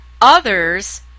others